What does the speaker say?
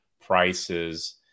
prices